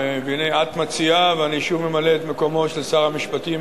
והנה את מציעה ואני שוב ממלא את מקומו של שר המשפטים